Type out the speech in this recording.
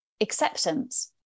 acceptance